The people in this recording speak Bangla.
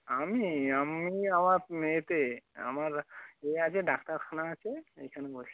আমি আমি আমার এতে আমার এ আছে ডাক্তারখানা আছে এইখানে বসি